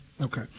Okay